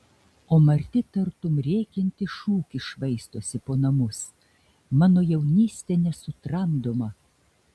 o marti tartum rėkiantis šūkis švaistosi po namus mano jaunystė nesutramdoma